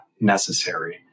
necessary